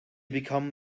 become